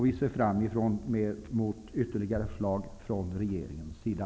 Vi ser fram emot ytterligare förslag från regeringens sida.